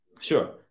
Sure